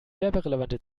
werberelevante